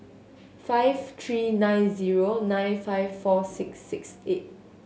five three nine zero nine five four six six eight